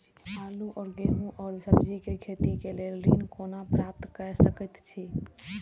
आलू और गेहूं और सब्जी के खेती के लेल ऋण कोना प्राप्त कय सकेत छी?